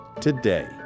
today